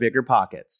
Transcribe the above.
BiggerPockets